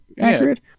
accurate